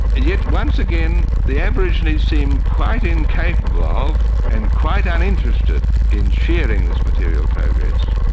yet once again the aborigines seemed quite incapable of and quite uninterested in sharing this material progress.